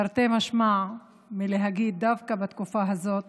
תרתי משמע, מלהגיד דווקא בתקופה הזאת